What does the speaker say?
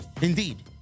Indeed